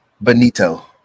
Benito